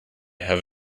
have